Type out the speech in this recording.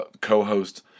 co-host